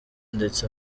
ndetse